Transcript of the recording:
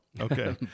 Okay